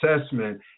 assessment